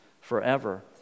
forever